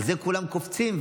על זה כולם קופצים,